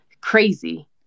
crazy